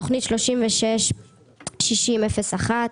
תוכנית 366001,